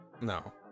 No